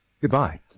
Goodbye